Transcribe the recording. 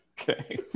Okay